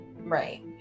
Right